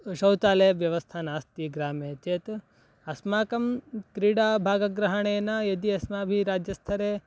शौचालयव्यवस्था नास्ति ग्रामे चेत् अस्माकं क्रीडाभाग्रहणेन यदि अस्माभिः राज्यस्थरे